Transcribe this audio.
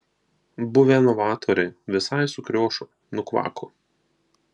buvę novatoriai visai sukriošo nukvako